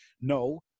no